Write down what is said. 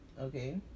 okay